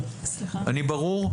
אני ברור?